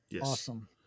Awesome